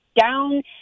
down